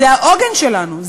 זה העוגן שלנו,